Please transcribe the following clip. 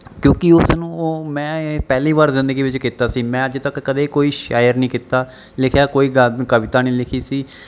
ਕਿਉਂਕਿ ਉਸ ਨੂੰ ਉਹ ਮੈਂ ਪਹਿਲੀ ਵਾਰ ਜ਼ਿੰਦਗੀ ਵਿੱਚ ਕੀਤਾ ਸੀ ਮੈਂ ਅੱਜ ਤੱਕ ਕਦੇ ਕੋਈ ਸ਼ਾਇਰ ਨਹੀਂ ਕੀਤਾ ਲਿਖਿਆ ਕੋਈ ਕ ਕਵਿਤਾ ਨਹੀਂ ਲਿਖੀ ਸੀ